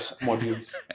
modules